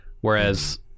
whereas